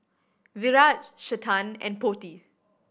Virat Chetan and Potti